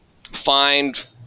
find